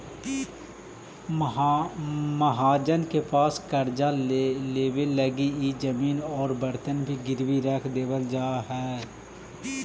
महाजन के पास कर्जा लेवे लगी इ जमीन औउर बर्तन भी गिरवी रख देवल जा हलई